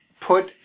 put